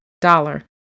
dollar